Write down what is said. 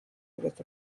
with